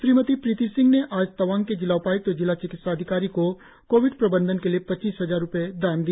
श्रीमती प्रीती सिंह ने आज तवांग के जिला उपाय्क्त और जिला चिकित्सा अधिकारी को कोविड प्रबंधन के लिए पच्चीस हजार रुपये का दान दिया